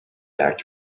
back